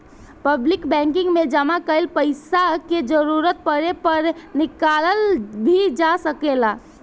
public banking में जामा कईल पइसा के जरूरत पड़े पर निकालल भी जा सकेला